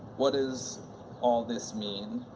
what does all this mean?